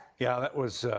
yeah. that was